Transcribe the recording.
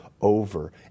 over